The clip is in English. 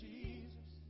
Jesus